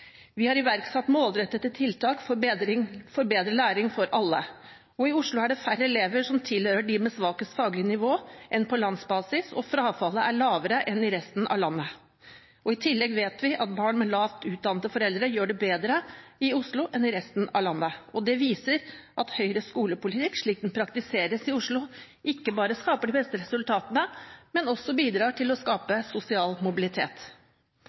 Vi har iverksatt målrettede tiltak for bedre læring for alle. I Oslo er det færre elever som tilhører dem med svakest faglig nivå enn på landsbasis, og frafallet er lavere enn i resten av landet. I tillegg vet vi at barn med lavt utdannede foreldre gjør det bedre i Oslo enn i resten av landet. Det viser at Høyres skolepolitikk, slik den praktiseres i Oslo, ikke bare skaper de beste resultatene, men også bidrar til å skape sosial mobilitet.